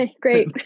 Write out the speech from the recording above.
great